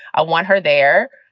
i want her there,